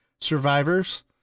Survivor's